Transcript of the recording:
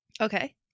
Okay